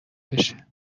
بشه